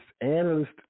analyst